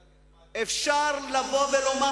אפשר לבוא ולומר,